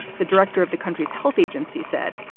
the director of the country's health agency said,